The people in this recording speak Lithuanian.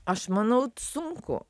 aš manau sunku